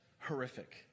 horrific